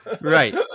right